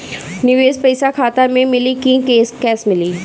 निवेश पइसा खाता में मिली कि कैश मिली?